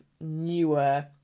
newer